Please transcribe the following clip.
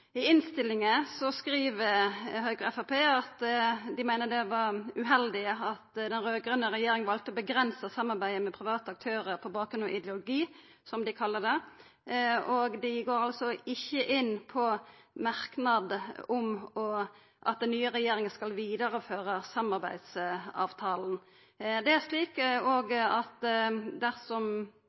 I innstillinga skriv Høgre og Framstegspartiet at dei meiner det var uheldig at den raud-grøne regjeringa valde å avgrensa samarbeidet med private aktørar på bakgrunn av ideologi, som dei kallar det. Dei går ikkje inn på merknaden om at den nye regjeringa skal vidareføra samarbeidsavtalen. Det er òg slik at dersom